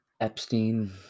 Epstein